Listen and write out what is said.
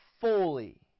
fully